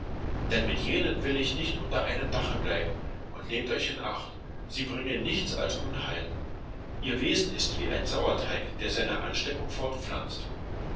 denn mit jenen will ich nicht unter einem dache bleiben und nehmt euch in acht sie bringen nichts als unheil ihr wesen ist wie ein sauerteig der seine ansteckung fortpflanzt